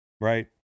right